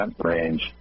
range